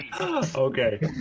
Okay